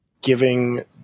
giving